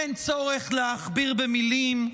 אין צורך להכביר מילים,